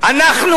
אנחנו